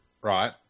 right